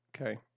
Okay